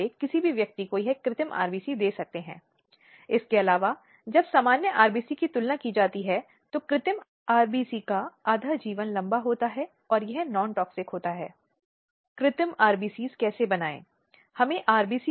किसी व्यक्ति के अस्तित्व को नहीं पहचानना और आवश्यक देखभाल प्रदान नहीं करना आवश्यक पर्यवेक्षण जो परिवार में व्यक्ति की अपेक्षा है